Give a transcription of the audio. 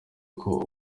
koko